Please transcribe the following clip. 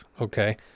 okay